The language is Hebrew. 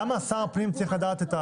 למה שר הפנים צריך לדעת?